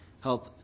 help